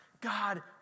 God